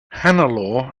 hannelore